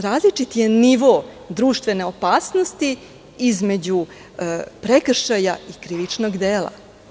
Različit je nivo društvene opasnosti između prekršaja i krivičnog dela.